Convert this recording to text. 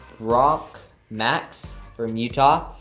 brock max from utah,